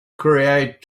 create